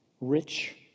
rich